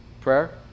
prayer